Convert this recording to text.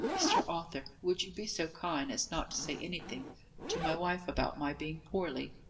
mr. arthur, would you be so kind as not to say anything to my wife about my being poorly?